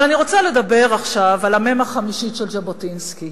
אבל אני רוצה לדבר עכשיו על המ"ם החמישית של ז'בוטינסקי,